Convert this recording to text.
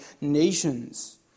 nations